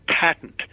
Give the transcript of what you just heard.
patent